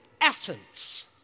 essence